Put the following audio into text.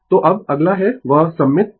तो अब अगला है वह सममित और असममित वेव फॉर्म्स